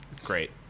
Great